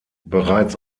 bereits